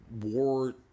war